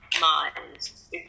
minds